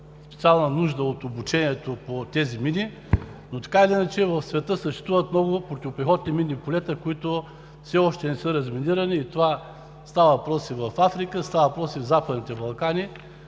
специална нужда от обучението по тези мини, но така или иначе в света съществуват много противопехотни минни полета, които все още не са разминирани. Става въпрос и в Африка, става въпрос и в Западните Балкани